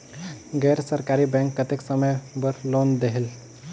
गैर सरकारी बैंक कतेक समय बर लोन देहेल?